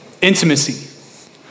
intimacy